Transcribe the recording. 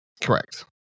Correct